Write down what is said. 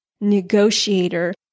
negotiator